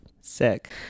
sick